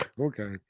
okay